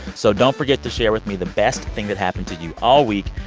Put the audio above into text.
so don't forget to share with me the best thing that happened to you all week.